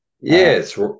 Yes